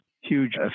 huge